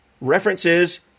references